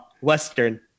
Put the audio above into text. Western